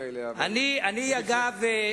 אגב,